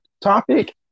topic